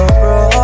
bro